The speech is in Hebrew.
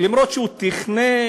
אף-על-פי שהוא תכנן,